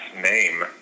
name